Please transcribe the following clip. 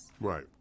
Right